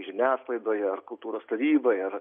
žiniasklaidoje ar kultūros taryboj ar